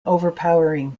overpowering